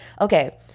okay